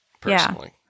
personally